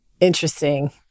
Interesting